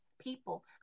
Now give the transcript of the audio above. people